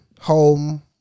Home